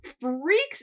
freaks